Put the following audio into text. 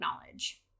knowledge